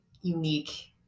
unique